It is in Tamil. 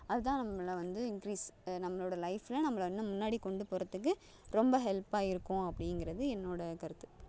அதுதான் நம்மளை வந்து இன்க்ரீஸ் நம்மளோடய லைஃபில் நம்மளை இன்னும் முன்னாடி கொண்டு போகிறதுக்கு ரொம்ப ஹெல்ப்பாக இருக்கும் அப்படிங்கிறது என்னோடய கருத்து